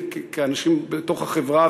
כאנשים בתוך החברה,